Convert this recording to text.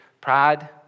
Pride